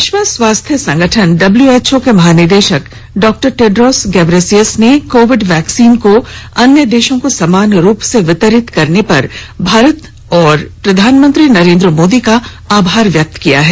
विश्व स्वास्थ्य संगठन डब्ल्यूएचओ के महानिदेशक डॉ टेड्रोस घेब्रेयेसस ने कोविड वैक्सीन को अन्य देशों को समान रूप से वितरित करने पर भारत और प्रधानमंत्री नरेन्द्र मोदी का आभार व्यक्त किया है